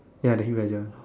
ya the he wager